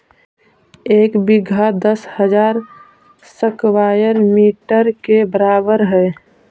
एक बीघा दस हजार स्क्वायर मीटर के बराबर हई